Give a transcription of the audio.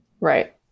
right